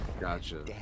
gotcha